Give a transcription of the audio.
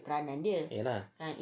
eh lah